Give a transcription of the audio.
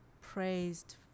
praised